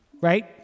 Right